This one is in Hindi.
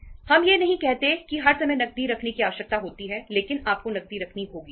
हम यह नहीं कहते कि हर समय नकदी रखने की आवश्यकता होती है लेकिन आपको नकदी रखनी होगी